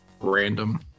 random